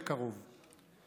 בקרוב.